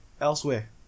elsewhere